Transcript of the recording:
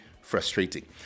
frustrating